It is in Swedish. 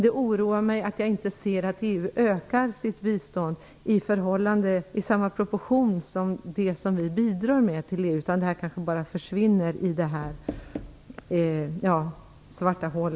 Det oroar mig att jag inte ser att EU ökar sitt bistånd med samma proportioner som vårt bidrag till EU. I stället kanske det här bara försvinner liksom i ett svart hål.